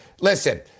listen